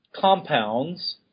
compounds